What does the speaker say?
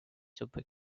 subway